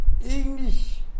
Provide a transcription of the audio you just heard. English